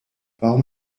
warum